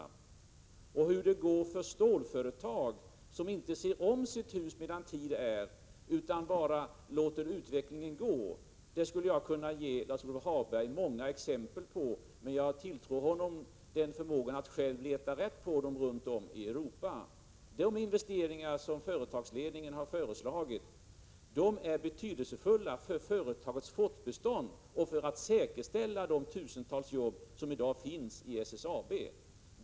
Jag skulle kunna ge Lars-Ove Hagberg många exempel på hur det går för stålföretag som inte ser om sitt hus medan tid är, utan bara låter utvecklingen gå. Jag tror emellertid att han har förmågan att själv leta rätt på dem runt om i Europa. De investeringar som företagsledningen har föreslagit är betydelsefulla för företagets fortbestånd och för att säkerställa de tusentals jobb som i dag finns i SSAB.